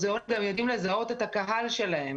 הם גם יודעים לזהות את הקהל שלהם.